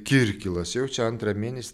kirkilas jau čia antrą mėnesį